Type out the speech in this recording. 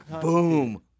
boom